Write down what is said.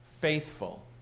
faithful